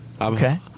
Okay